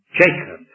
jacob